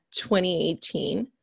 2018